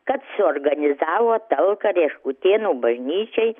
kad suorganizavo talką reškutėnų bažnyčiai